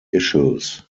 issues